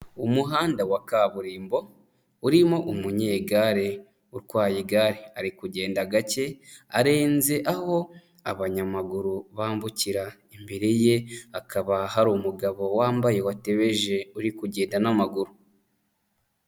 Umuhanda wa kaburimbo urimo umunyegare utwaye igare, ari kugenda gake, arenze aho abanyamaguru bambukira. Imbere ye akaba hari umugabo wambaye watebeje, uri kugenda n'amaguru.